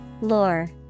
Lore